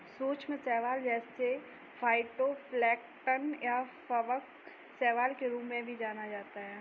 सूक्ष्म शैवाल जिसे फाइटोप्लैंक्टन या प्लवक शैवाल के रूप में भी जाना जाता है